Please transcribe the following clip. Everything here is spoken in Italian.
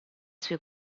suoi